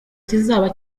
kizaba